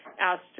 asked